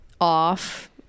off